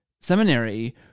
seminary